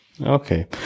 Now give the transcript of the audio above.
Okay